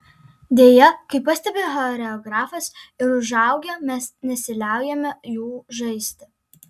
deja kaip pastebi choreografas ir užaugę mes nesiliaujame jų žaisti